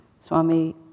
Swami